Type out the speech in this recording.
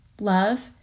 love